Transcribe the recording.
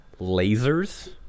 lasers